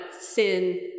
sin